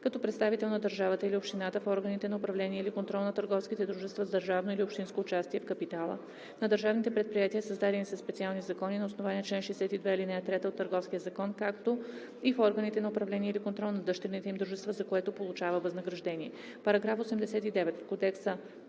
като представител на държавата или общината в органите на управление или контрол на търговските дружества с държавно или общинско участие в капитала, на държавните предприятия, създадени със специални закони на основание чл. 62, ал. 3 от Търговския закон, както и в органите на управление или контрол на дъщерните им дружества, за което получава възнаграждение. § 89. В Кодекса